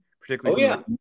particularly